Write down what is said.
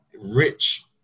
rich